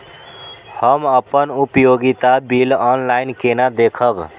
हम अपन उपयोगिता बिल ऑनलाइन केना देखब?